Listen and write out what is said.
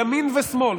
ימין ושמאל,